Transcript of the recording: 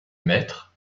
mètres